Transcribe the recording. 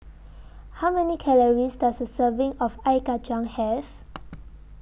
How Many Calories Does A Serving of Ice Kachang Have